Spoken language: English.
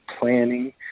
planning